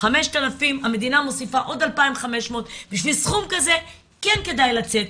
5000 המדינה מוסיפה עוד 2500. בשביל סכום כזה כן כדאי לצאת,